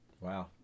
Wow